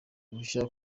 uruhushya